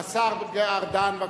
השר ארדן.